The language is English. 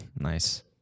nice